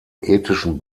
ethischen